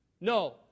No